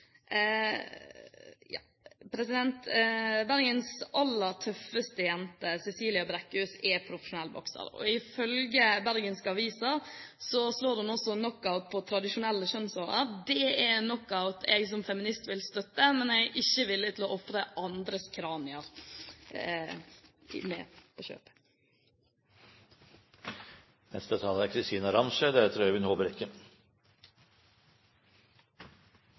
Bergens aller tøffeste jente, Cecilia Brækhus, er profesjonell bokser, og ifølge bergenske aviser slår hun også knockout på tradisjonelle kjønnsroller. Det er en knockout jeg som feminist vil støtte, men jeg er ikke villig til å ofre andres kranier – at det følger med